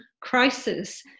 crisis